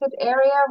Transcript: area